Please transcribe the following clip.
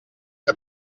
que